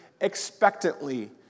expectantly